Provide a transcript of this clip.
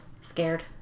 Scared